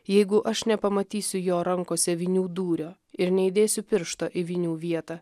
jeigu aš nepamatysiu jo rankose vinių dūrio ir neįdėsiu piršto į vinių vietą